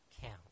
count